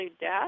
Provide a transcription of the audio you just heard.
death